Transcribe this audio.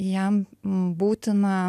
jam būtina